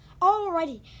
Alrighty